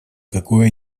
какую